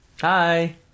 hi